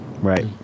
Right